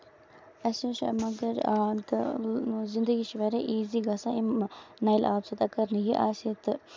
اَسہِ وٕچھ مَگر تہٕ زندگی چھِ واریاہ ایٖزی گژھان امہِ نَلہِ آب سۭتۍ اَگر نہٕ یہِ آسہِ ہا تہٕ